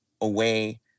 away